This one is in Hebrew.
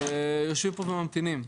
שיושבים פה וממתינים.